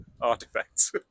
artifacts